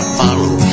follow